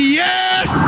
yes